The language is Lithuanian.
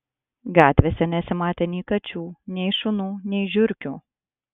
gatvėse nesimatė nei kačių nei šunų nei žiurkių